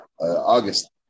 August